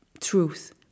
truth